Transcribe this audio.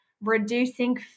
reducing